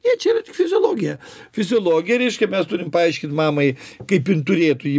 ne čia yra tik fiziologija fiziologija reiškia mes turim paaiškint mamai kaip jin turėtų jį